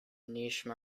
niche